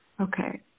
okay